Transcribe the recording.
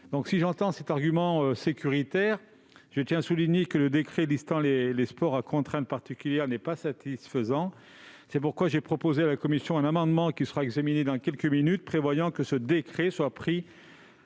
Si j'entends cet argument sécuritaire, je tiens à souligner que le décret dressant la liste des sports à contraintes particulières n'est pas satisfaisant. C'est pourquoi j'ai proposé à la commission un amendement qui sera examiné dans quelques minutes, afin que ce décret soit pris